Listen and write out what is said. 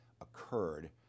occurred